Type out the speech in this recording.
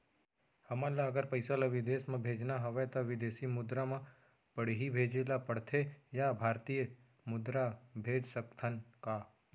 हमन ला अगर पइसा ला विदेश म भेजना हवय त विदेशी मुद्रा म पड़ही भेजे ला पड़थे या भारतीय मुद्रा भेज सकथन का?